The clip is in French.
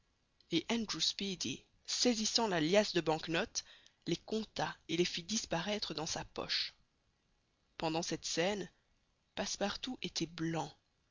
et andrew speedy saisissant la liasse de bank notes les compta et les fit disparaître dans sa poche pendant cette scène passepartout était blanc